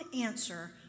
answer